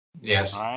Yes